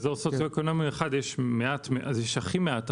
באזור סוציו-אקונומי 1 יש הכי מעט תחנות,